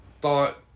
thought